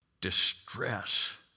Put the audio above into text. distress